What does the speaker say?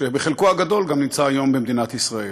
שחלקו הגדול נמצא היום במדינת ישראל.